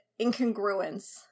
incongruence